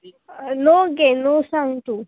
नग गे न सांग तूं